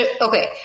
Okay